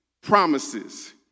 promises